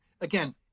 again